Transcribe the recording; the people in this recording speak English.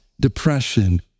depression